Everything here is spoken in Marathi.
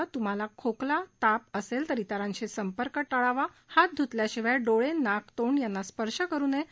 जर तुम्हाला खोकला आणि ताप असेल तर तिरांशी संपर्क टाळावा हात धूतल्याशिवाय डोळे नाक आणि तोंड यांना स्पर्श करु नये